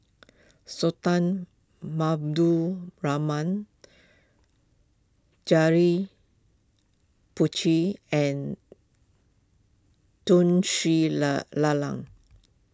Sultan Rahman Janil and Tun Sri la Lanang